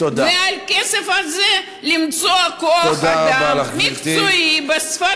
ועם הכסף הזה למצוא כוח-אדם מקצועי בשפה